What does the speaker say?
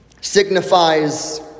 signifies